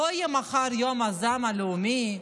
לא יהיה מחר יום הזעם הלאומי,